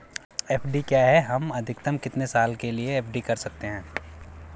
FD क्या है हम अधिकतम कितने साल के लिए एफ.डी कर सकते हैं?